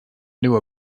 knew